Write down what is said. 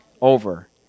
over